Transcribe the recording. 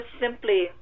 simply